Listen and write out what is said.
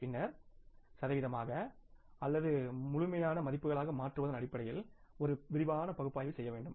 பின்னர் சதவீதமாக அல்லது முழுமையான மதிப்புகளாக மாற்றுவதன் அடிப்படையில் ஒரு விரிவான பகுப்பாய்வு செய்ய வேண்டும்